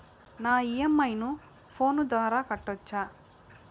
నా ఇ.ఎం.ఐ ను ఫోను ద్వారా కట్టొచ్చా?